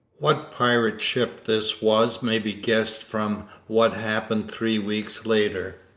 what pirate ship this was may be guessed from what happened three weeks later.